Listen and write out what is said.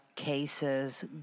cases